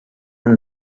han